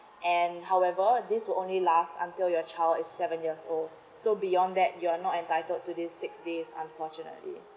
and however this will only lasts until your child is seven years old so beyond that you're not entitled to this six days unfortunately